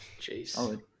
Jeez